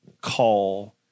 call